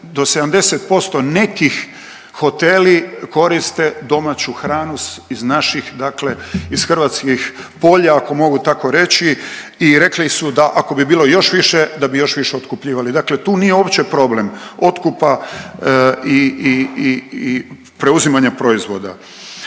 do 70% neki hoteli koriste domaću hranu iz naših dakle iz hrvatskih polja ako mogu tako reći i rekli su da ako bi bilo još više da bi još više otkupljivali. Dakle, tu nije uopće problem otkupa i preuzimanja proizvoda.